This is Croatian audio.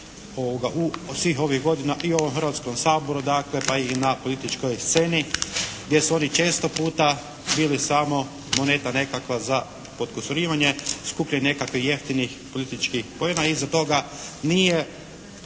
svih ovih godina i u ovom Hrvatskom saboru dakle, pa i na političkoj sceni gdje su oni često puta bili samo moneta nekakva za potkusurivanje, skupljanje nekakvih jeftinih političkih poena i iza toga nije